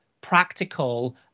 practical